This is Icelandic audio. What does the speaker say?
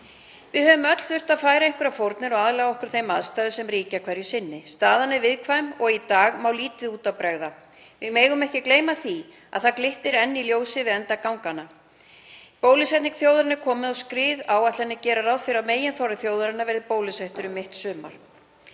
Við höfum öll þurft að færa einhverjar fórnir og aðlaga okkur þeim aðstæðum sem ríkja hverju sinni. Staðan er viðkvæm og í dag má lítið út af bregða. Við megum ekki gleyma því að það glittir enn í ljósið við enda ganganna, bólusetning þjóðarinnar er komin á skrið. Áætlanir gera ráð fyrir að meginþorri þjóðarinnar verði bólusettur um mitt sumar.